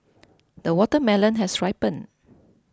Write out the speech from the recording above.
the watermelon has ripened